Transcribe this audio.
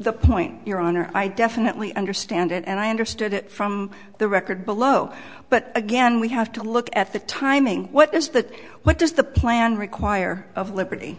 the point your honor i definitely understand it and i understood it from the record below but again we have to look at the timing what is the what is the plan require of liberty